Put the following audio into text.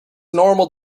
normal